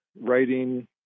writing